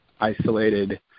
isolated